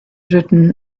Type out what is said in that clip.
written